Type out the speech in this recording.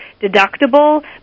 deductible